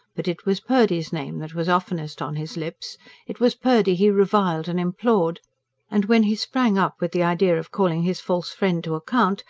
but it was purdy's name that was oftenest on his lips it was purdy he reviled and implored and when he sprang up with the idea of calling his false friend to account,